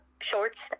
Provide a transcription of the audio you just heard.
shorts